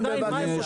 בבקשה.